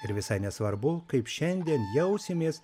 ir visai nesvarbu kaip šiandien jausimės